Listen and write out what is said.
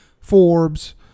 Forbes